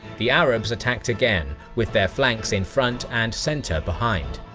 the arabs attacked again with their flanks in front and centre behind.